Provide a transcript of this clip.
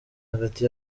hagati